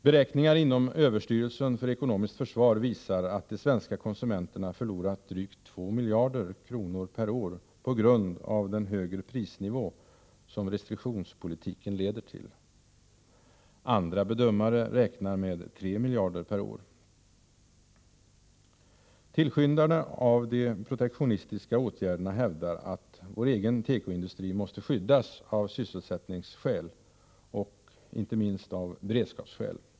Beräkningar inom Överstyrelsen för ekonomiskt försvar visar att de svenska konsumenterna förlorat drygt 2 miljarder kronor per år på grund av den högre prisnivå som restriktionspolitiken leder till. Andra bedömare räknar med 3 miljarder per år. Tillskyndarna av de protektionistiska åtgärderna hävdar att vår egen tekoindustri måste skyddas av sysselsättningsskäl och — inte minst — av beredskapsskäl.